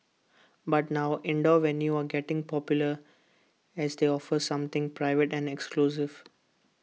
but now indoor venues are getting popular as they offer something private and exclusive